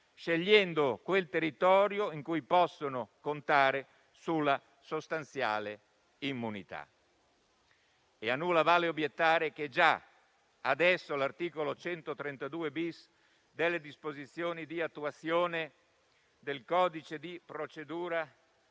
scegliendo quel territorio in cui possono contare sulla sostanziale immunità. A nulla vale obiettare che già adesso l'articolo 132-*bis* delle disposizioni di attuazione del codice di procedura